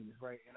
right